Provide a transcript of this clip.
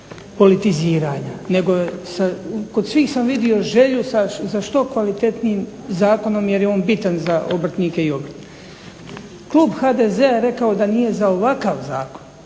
politiziranja, nego kod svih sam vidio želju za što kvalitetnijim zakonom jer je on bitan za obrtnike i obrt. Klub HDZ-a je rekao da nije za ovakav zakon